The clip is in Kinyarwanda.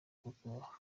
kuko